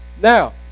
Now